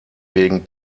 wegen